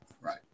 Right